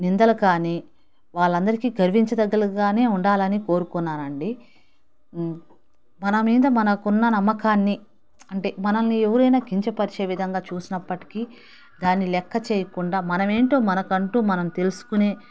నిందలు కాని వాళ్ళందరికి గర్వించదగ్గట్టుగానే ఉండాలని కోరుకున్నాను అండి మన మీద మనకున్న నమ్మకాన్ని అంటే మనల్ని ఎవరైనా కించపరిచే విధంగా చూసినప్పటికీ దాన్ని లెక్కచేయకుండా మనమేంటో మనకి అంటూ మనం తెలుసుకునే